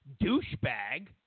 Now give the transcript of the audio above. douchebag